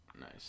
Nice